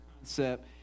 concept